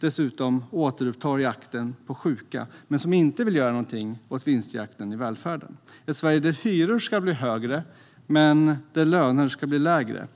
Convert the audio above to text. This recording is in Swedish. dessutom återupptar jakten på sjuka men inte vill göra någonting åt vinstjakten i välfärden. Det är ett Sverige där hyror ska bli högre men löner ska bli lägre.